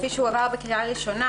כפי שעבר בקריאה ראשונה,